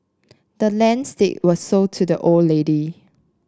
the land's deed was sold to the old lady